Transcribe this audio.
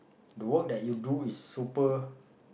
the work that you do is super